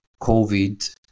COVID